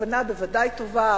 הכוונה בוודאי טובה,